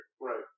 Right